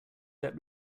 that